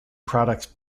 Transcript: products